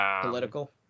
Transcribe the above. Political